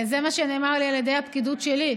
זה מה שנאמר לי על ידי הפקידות שלי.